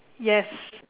yes